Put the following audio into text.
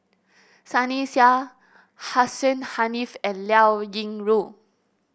Sunny Sia Hussein Haniff and Liao Yingru